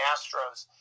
Astros